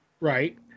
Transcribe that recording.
Right